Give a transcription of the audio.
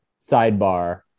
sidebar